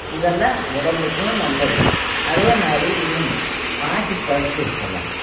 இதெல்லாம் உடம்புக்கும் நல்லது அதேமாதிரி இன்னொன்னு பாசிப்பருப்பு இருக்கில்ல